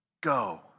Go